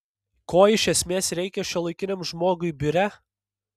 ko iš esmės reikia šiuolaikiniam žmogui biure